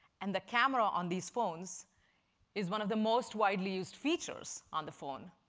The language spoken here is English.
and the camera on these phones is one of the most widely used features on the phone.